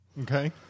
Okay